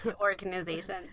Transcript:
organization